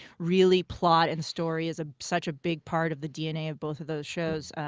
really, plot and story is ah such a big part of the dna of both of those shows.